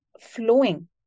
flowing